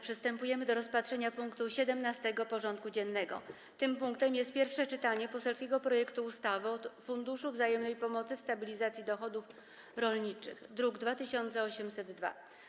Przystępujemy do rozpatrzenia punktu 17. porządku dziennego: Pierwsze czytanie poselskiego projektu ustawy o Funduszu Wzajemnej Pomocy w Stabilizacji Dochodów Rolniczych (druk nr 2802)